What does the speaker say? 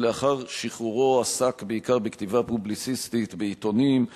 ולאחר שחרורו עסק בעיקר בכתיבה פובליציסטית בעיתונים,